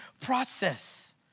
process